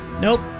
Nope